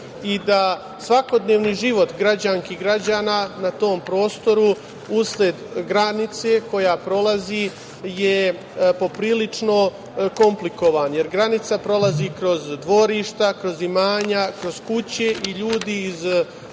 i da svakodnevni život građanki i građana na tom prostoru, usled granice koja prolazi, je po prilično komplikovan, jer granica prolazi kroz dvorišta, kroz imanja, kroz kuće i ljudi, rođaci,